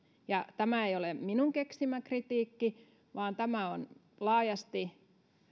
tämä ei ole minun keksimäni kritiikki vaan tämä on laajasti